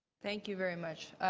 thank you very much.